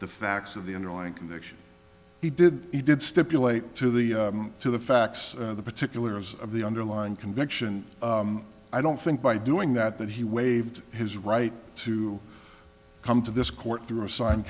the facts of the underlying conviction he did he did stipulate to the to the facts of the particulars of the underlying conviction i don't think by doing that that he waived his right to come to this court through a sign